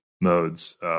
modes